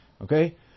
okay